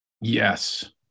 Yes